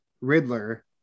Riddler